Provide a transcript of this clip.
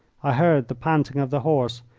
i heard the panting of the horse,